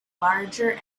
larger